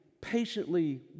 patiently